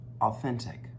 authentic